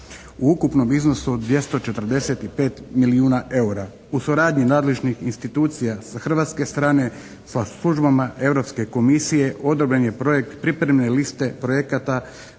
u ukupnom iznosu od 245 milijuna eura. U suradnji nadležnih institucija sa hrvatske strane sa službama Europske Komisije odobren je projekt pripreme liste projekata